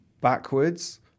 backwards